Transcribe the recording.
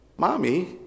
Mommy